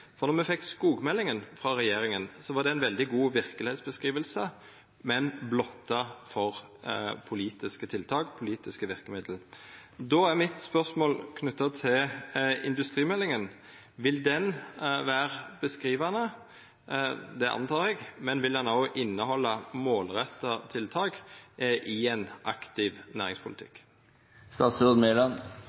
for då me fekk skogmeldinga frå regjeringa, var det ei veldig god verkelegheitsbeskriving, men blotta for politiske tiltak og politiske verkemiddel. Då er spørsmålet mitt knytt til industrimeldinga: Vil den vera beskrivande? Det antek eg, men vil den òg innehalda målretta tiltak i ein aktiv næringspolitikk? Statsråd Monica Mæland